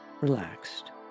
Relaxed